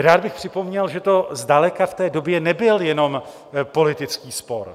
Rád bych připomněl, že to zdaleka v té době nebyl jenom politický spor.